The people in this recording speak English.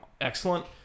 excellent